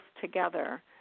together